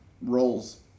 roles